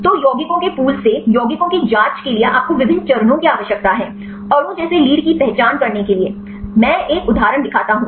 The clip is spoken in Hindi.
तो यौगिकों के पूल से यौगिकों की जांच के लिए आपको विभिन्न चरणों की आवश्यकता है अणु जैसे लीड की पहचान करने के लिए मैं एक उदाहरण दिखाता हूं